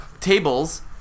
tables